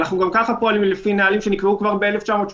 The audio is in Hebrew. אנחנו גם ככה פועלים לפי נהלים שנקבעו כבר ב-1983.